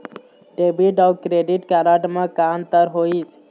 Debit अऊ credit card म का अंतर होइस?